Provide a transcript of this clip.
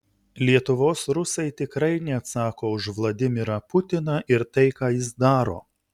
lietuvos rusai tikrai neatsako už vladimirą putiną ir tai ką jis daro